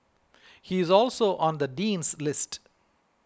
he is also on the Dean's list